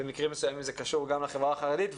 במקרים מסוימים זה קשור גם לחברה החרדית,